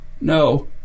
No